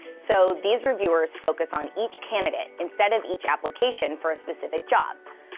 so these reviewers focus on each candidate instead of each application for a specific job.